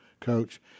coach